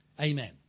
Amen